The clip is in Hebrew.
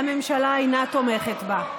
והממשלה אינה תומכת בה.